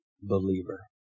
believer